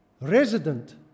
resident